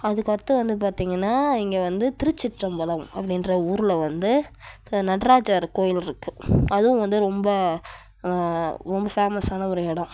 அதுக்கு அடுத்து வந்து பார்த்திங்கன்னா இங்கே வந்து திருச்சிற்றம்பலம் அப்படின்ற ஊரில் வந்து நடராஜர் கோவில் இருக்கு அதுவும் வந்து ரொம்ப ரொம்ப ஃபேமஸ் ஆனா ஒரு இடோம்